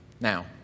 Now